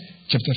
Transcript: chapter